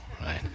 right